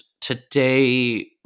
today